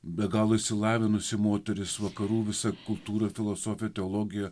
be galo išsilavinusi moteris vakarų visą kultūrą filosofiją teologiją